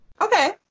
okay